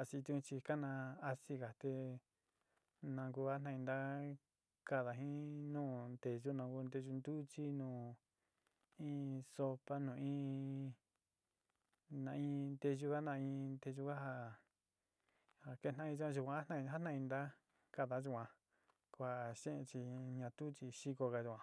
aciti chi kana asiga te nanku jataintna kaada jin nu nteyu nu nteyu ntuchi nu in sopa nu in na in nteyu a na in nteyu-ga ja ja ketaan jin yaa yuan jatain jataintna kaada yuan kua xe'en chi ñaa tu chi xikoga yuan.